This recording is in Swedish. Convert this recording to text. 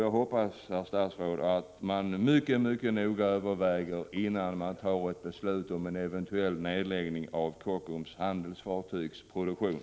Jag hoppas, herr statsrådet, att man synnerligen noga överväger saken innan beslut fattas om en eventuell nedläggning av Kockums handelsfartygsproduktion.